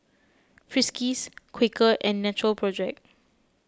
Friskies Quaker and Natural Project